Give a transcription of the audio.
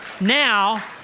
Now